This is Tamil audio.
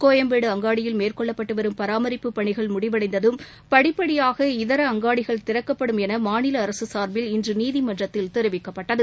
கோயம்பேடு அங்காடியில் மேற்கொள்ளப்பட்டுவரும் பராமரிப்புப் பணிகள் முடிவடைந்ததும் படிப்படியாக இதர அங்காடிகள் திறக்கப்படும் எனமாநிலஅரசுசார்பில் இன்றுநீதிமன்றத்தில் தெரிவிக்கப்பட்டது